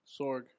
Sorg